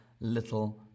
little